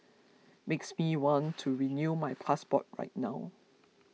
makes me want to renew my passport right now